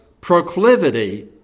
proclivity